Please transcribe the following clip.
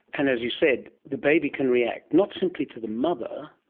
and as you said, the baby can react not simply to the mother,